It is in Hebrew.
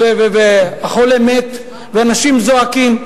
והחולה מת ואנשים זועקים.